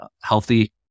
healthy